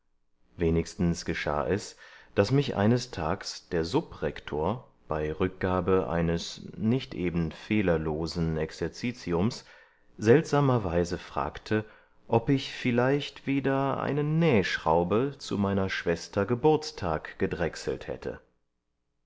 wenigstens geschah es daß mich eines tags der subrektor bei rückgabe eines nicht eben fehlerlosen exerzitiums seltsamerweise fragte ob ich vielleicht wieder eine nähschraube zu meiner schwester geburtstag gedrechselt hätte